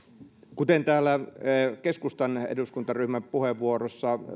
kuten täällä keskustan eduskuntaryhmän puheenvuorossa